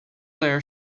their